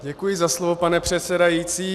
Děkuji za slovo, pane předsedající.